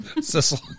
Sissel